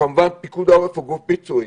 כמובן, פיקוד העורף הוא גוף ביצועי.